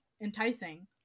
enticing